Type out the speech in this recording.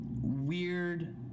weird